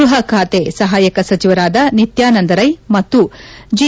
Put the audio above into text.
ಗೃಪ ಖಾತೆ ಸಹಾಯಕ ಸಚಿವರಾದ ನಿತ್ಕಾನಂದ್ ರೈ ಮತ್ತು ಜಿ